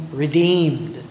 redeemed